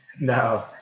No